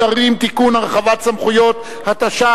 שהצעת